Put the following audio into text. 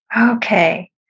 Okay